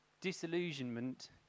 disillusionment